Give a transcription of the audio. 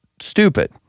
stupid